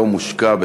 היום הושקה,